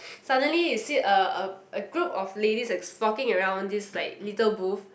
suddenly you see a a a group of ladies that stalking around this like little booth